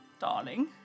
darling